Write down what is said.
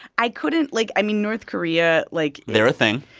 i couldn't like, i mean, north korea, like. they're a thing.